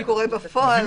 השאלה היא מה קורה בפועל.